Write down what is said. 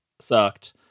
sucked